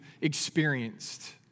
experienced